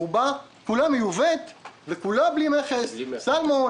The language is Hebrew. כולה מיובאת וכולה בלי מכס: סלמון,